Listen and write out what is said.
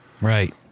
Right